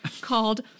called